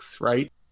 right